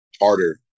harder